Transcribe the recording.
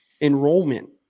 enrollment